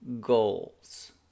goals